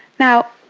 now,